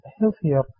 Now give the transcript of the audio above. healthier